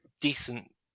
decent